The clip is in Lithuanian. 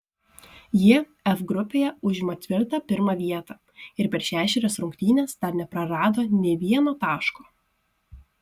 jie f grupėje užima tvirtą pirmą vietą ir per šešerias rungtynes dar neprarado nė vieno taško